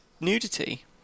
nudity